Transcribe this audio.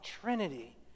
trinity